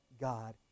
God